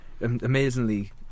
amazingly